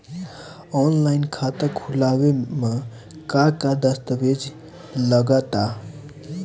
Offline खाता खुलावे म का का दस्तावेज लगा ता?